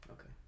Okay